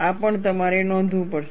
આ પણ તમારે નોંધવું પડશે